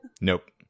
Nope